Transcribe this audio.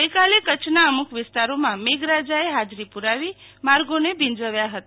ગઈકાલે કચ્છના અમુક વિસ્તારોમાં મેઘરાજાએ હાજરી પુરાવો માર્ગોને ભીંજવ્યા હતા